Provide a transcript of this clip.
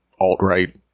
alt-right